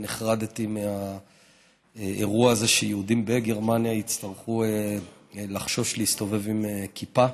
נחרדתי מהאירוע הזה ושיהודים בגרמניה יצטרכו לחשוש להסתובב עם כיפה.